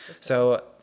So-